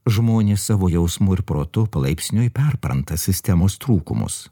žmonės savo jausmu ir protu palaipsniui perpranta sistemos trūkumus